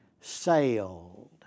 sailed